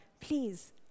Please